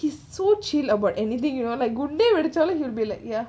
he's so chill about anything you know like good day வெடிச்சாலும்: vedichalum would be like ya